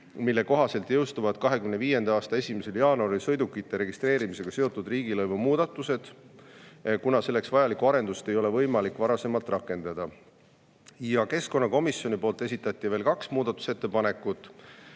mille kohaselt jõustuvad 2025. aasta 1. jaanuaril sõidukite registreerimisega seotud riigilõivu muudatused, kuna selleks vajalikku arendust ei ole võimalik varem rakendada. Keskkonnakomisjon esitas veel kaks muudatusettepanekut.